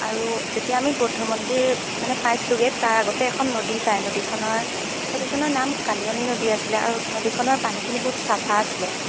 আৰু যেতিয়া আমি বৌদ্ধ মন্দিৰ মানে পাইছিলোঁগৈ তাৰ আগতে এখন নদী পাই নদীখনৰ নদীখনৰ নাম কালিয়নী নদী আছিলে আৰু নদীখনৰ পানীখিনি বহুত চাফা আছিলে